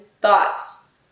thoughts